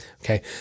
Okay